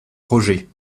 roger